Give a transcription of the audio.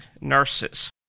nurses